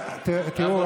תראו,